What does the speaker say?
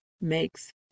makes